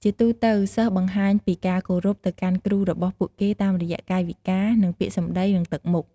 ជាទូទៅ សិស្សបង្ហាញពីការគោរពទៅកាន់គ្រូរបស់ពួកគេតាមរយៈកាយវិការ និងពាក្យសម្ដី និងទឹកមុខ។